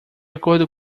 acordo